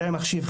מדעי המחשב,